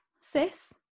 sis